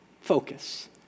focus